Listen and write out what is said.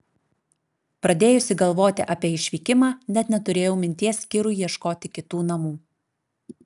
pradėjusi galvoti apie išvykimą net neturėjau minties kirui ieškoti kitų namų